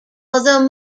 although